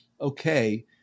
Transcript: Okay